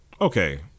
Okay